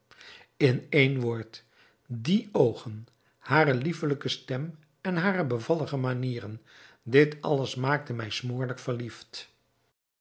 in één woord die oogen hare liefelijke stem en hare bevallige manieren dit alles maakte mij smoorlijk verliefd